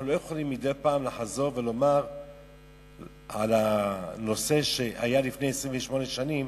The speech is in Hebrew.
אנחנו לא יכולים מדי פעם לחזור ולומר על הנושא שהיה לפני 28 שנים